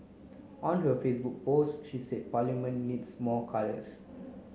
on her Facebook post she said Parliament needs more colours